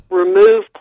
remove